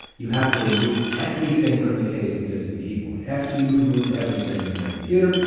you have to remove everything from the case to get to the keyboard, after you've removed everything from the computer,